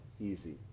easy